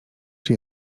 czy